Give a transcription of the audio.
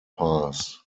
pass